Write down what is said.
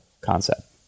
concept